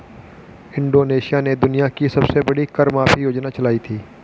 Indonesia ने दुनिया की सबसे बड़ी कर माफी योजना चलाई थी